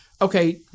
okay